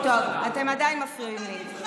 טוב, אתם עדיין מפריעים לי.